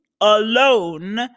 alone